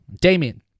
Damien